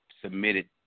submitted